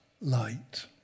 light